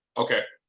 okay.